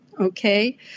okay